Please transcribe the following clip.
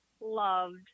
loved